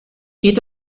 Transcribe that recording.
geht